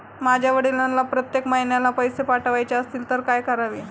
माझ्या वडिलांना प्रत्येक महिन्याला पैसे पाठवायचे असतील तर काय करावे?